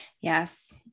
Yes